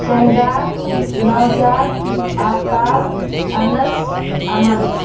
شہزاد نوشاد آفتاب انس امن